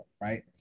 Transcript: right